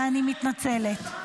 ואני מתנצלת.